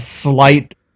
slight